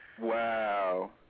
Wow